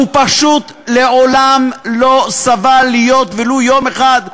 הוא פשוט מעולם לא סבל ולו יום אחד,